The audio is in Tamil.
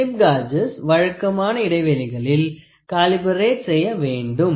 ஸ்லிப் காஜஸ் வழக்கமான இடைவேளைகளில் காலிபரெட் செய்ய வேண்டும்